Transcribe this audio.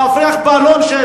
מפריח בלון,